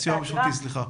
הסיוע המשפטי, סליחה.